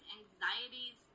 anxieties